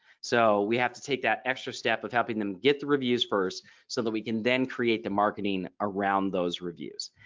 so we have to take that extra step of helping them get the reviews first so that we can then create the marketing around those reviews.